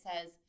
says